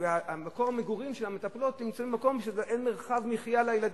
מקום המגורים של המטפלות אין בו מרחב מחיה לילדים,